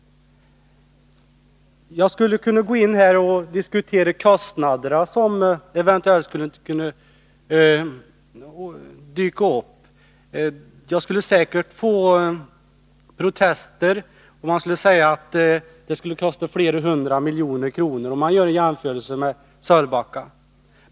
Jag skulle också kunna diskutera kostnaderna. Jag skulle säkert få höra protester. Magnus Persson skulle säga att det skulle kosta flera hundra miljoner kronor i jämförelse med Sölvbacka.